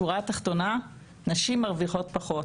בשורה התחתונה נשים מרוויחות פחות.